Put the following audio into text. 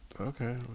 Okay